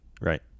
Right